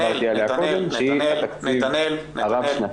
שדיברתי עליה קודם שהיא התקציב הרב שנתי.